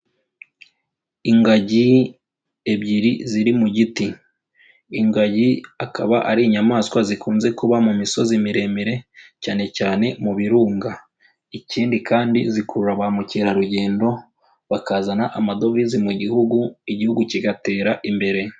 Ingagi ebyiri ziri mu giti. Ingagi akaba ari inyamaswa zikunze kuba mu misozi miremire cyane cyane mu birunga, ikindi kandi zikurura ba mukerarugendo bakazana amadovize mu gihugu, igihugu kigatera imbere.